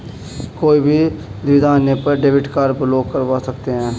कोई भी दुविधा आने पर डेबिट कार्ड ब्लॉक करवा सकते है